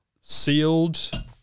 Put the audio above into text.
sealed